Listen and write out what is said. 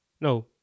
no